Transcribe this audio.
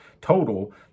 total